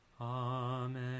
Amen